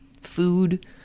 food